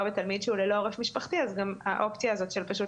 בתלמיד שהוא ללא עורף משפחתי אז האופציה הזאת של פשוט